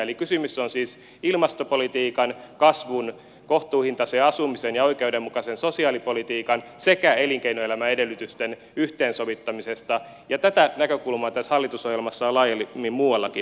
eli kysymys on siis ilmastopolitiikan kasvun kohtuuhintaisen asumisen ja oikeudenmukaisen sosiaalipolitiikan sekä elinkeinoelämän edellytysten yhteensovittamisesta ja tätä näkökulmaa tässä hallitusohjelmassa on laajemmin muuallakin